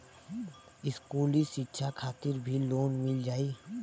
इस्कुली शिक्षा खातिर भी लोन मिल जाई?